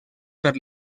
per